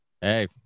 Hey